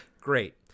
great